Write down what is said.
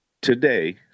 today